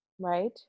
right